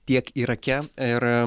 tiek irake ir